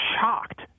shocked